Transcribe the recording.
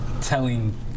telling